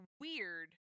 weird